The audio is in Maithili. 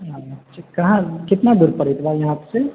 कहाँ कितना दूर पड़त यहाँ से